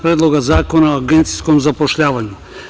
Predloga zakona o agencijskom zapošljavanju.